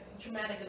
traumatic